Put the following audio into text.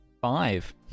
five